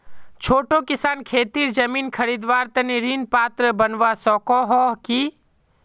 छोटो किसान खेतीर जमीन खरीदवार तने ऋण पात्र बनवा सको हो कि?